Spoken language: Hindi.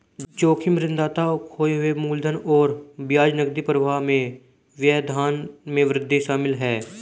जोखिम ऋणदाता खोए हुए मूलधन और ब्याज नकदी प्रवाह में व्यवधान में वृद्धि शामिल है